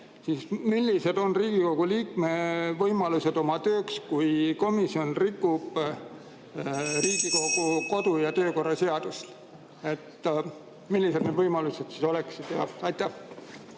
siis millised on Riigikogu liikme võimalused oma tööks, kui komisjon rikub Riigikogu kodu- ja töökorra seadust? Millised need võimalused siis oleksid? Aitäh!